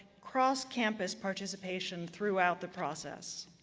cross-campus participation throughout the process.